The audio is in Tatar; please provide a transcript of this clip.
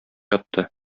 ятты